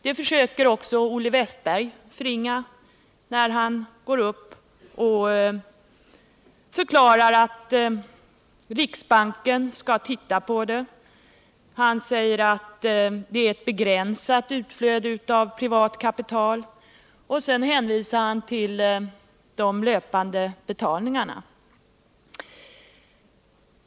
Det försöker också Olle Wästberg förringa när han går upp och förklarar att riksbanken skall titta på det. Han säger att det är ett begränsat utflöde av privat kapital, och sedan hänvisar han till de löpande betalningarna.